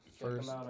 First